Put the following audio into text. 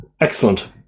excellent